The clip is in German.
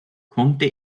konnte